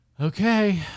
Okay